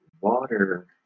water